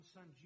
Son